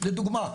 לדוגמה,